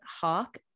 hawk